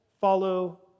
follow